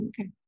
okay